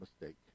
mistake